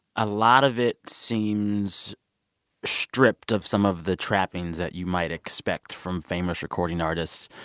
a lot of it seems stripped of some of the trappings that you might expect from famous recording artists.